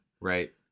right